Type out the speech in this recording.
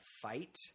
fight